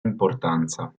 importanza